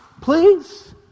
Please